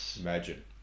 imagine